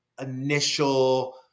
initial